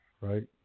right